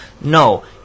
No